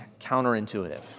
counterintuitive